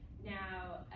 now,